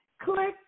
Click